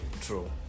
True